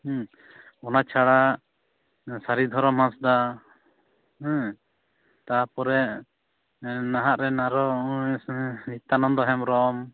ᱚᱱᱟ ᱪᱷᱟᱲᱟ ᱥᱟᱨᱤᱫᱷᱚᱨᱚᱢ ᱦᱟᱸᱥᱫᱟ ᱛᱟᱯᱚᱨᱮ ᱱᱟᱦᱟᱜ ᱨᱮᱱ ᱟᱨᱚ ᱱᱤᱛᱭᱟᱱᱚᱱᱫᱚ ᱦᱮᱢᱵᱨᱚᱢ